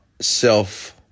self